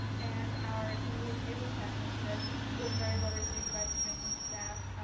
and our teenu table chat initiative was very well received by students and staff.